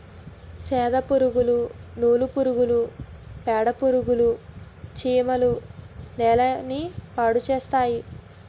సెదపురుగులు నూలు పురుగులు పేడపురుగులు చీమలు నేలని పాడుచేస్తాయి